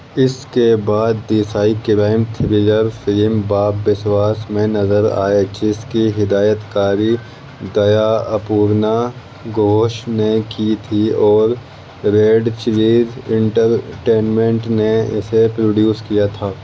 اس کے بعد Desai crime thriller film Bob Biswas میں نظر آئے جس کی ہدایت کاری دیا اپورنا گھوش نے کی تھی اور ریڈ چلیز انٹرٹینمنٹ نے اسے پروڈیوس کیا تھا